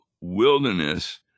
wilderness